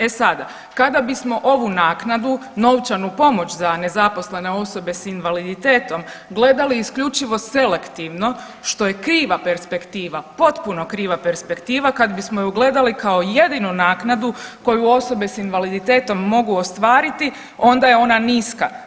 E sada, kada bismo ovu naknadu, novčanu pomoć za nezaposlene osobe s invaliditetom gledali isključivo selektivno što je kriva perspektiva, potpuno perspektiva, kad bismo ju gledali kao jedinu naknadu koju osobe s invaliditetom mogu ostvariti onda je ona niska.